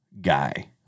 guy